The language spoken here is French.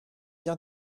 bien